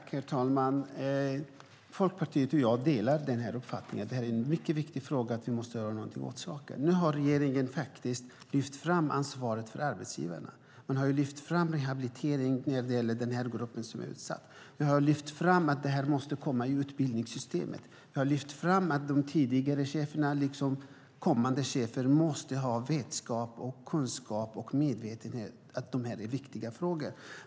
Herr talman! Folkpartiet och jag delar uppfattningen att det här är en mycket viktig fråga och att vi måste göra något åt saken. Nu har regeringen lyft fram arbetsgivarens ansvar för rehabilitering när det gäller denna utsatta grupp. Man har lyft fram att det här måste komma in i utbildningssystemet. Man har lyft fram att nuvarande chefer liksom kommande chefer måste ha vetskap, kunskap och medvetenhet om att det här är viktiga frågor.